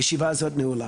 הישיבה נעולה.